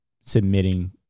submitting